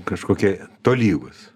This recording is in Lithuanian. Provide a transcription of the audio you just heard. kažkokie tolygūs